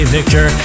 Victor